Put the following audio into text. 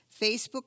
Facebook